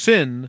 Sin